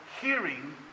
hearing